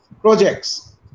projects